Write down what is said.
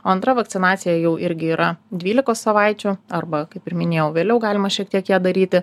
o antra vakcinacija jau irgi yra dvylikos savaičių arba kaip ir minėjau vėliau galima šiek tiek ją daryti